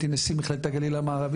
הייתי נשיא מכללת הגליל המערבי,